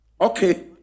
Okay